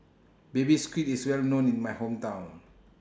Baby Squid IS Well known in My Hometown